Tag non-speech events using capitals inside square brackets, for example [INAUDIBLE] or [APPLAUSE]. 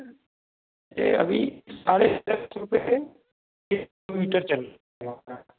यह अभी साढ़े दस रुपये है एक किलोमीटर चले [UNINTELLIGIBLE]